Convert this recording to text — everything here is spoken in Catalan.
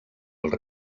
els